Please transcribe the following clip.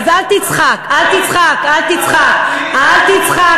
אז אל תצחק אל תצחק אל תצחק.